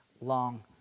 long